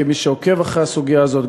כמי שעוקב אחרי הסוגיה הזאת,